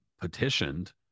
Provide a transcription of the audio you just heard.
petitioned